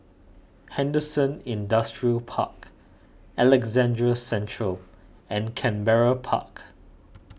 Henderson Industrial Park Alexandra Central and Canberra Park